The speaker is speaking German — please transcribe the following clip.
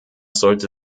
sollte